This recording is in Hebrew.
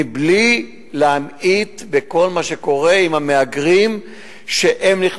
בלי להמעיט מכל מה שקורה עם המהגרים שנכנסים.